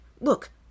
look